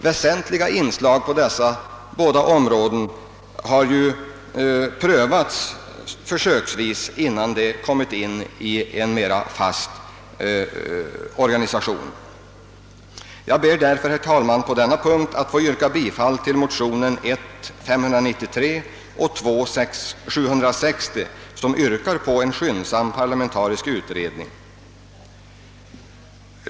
Väsentliga inslag på dessa båda områden har prövats försöksvis, innan de intagits i en mera fast organisation. Jag ber därför, herr talman, att på denna punkt få yrka bifall till motionerna I: 593 och II:760, i vilka yrkas på en skyndsam parlamentarisk utredning.